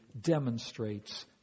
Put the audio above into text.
demonstrates